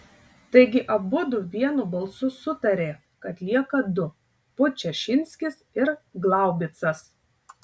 taigi abudu vienu balsu sutarė kad lieka du podčašinskis ir glaubicas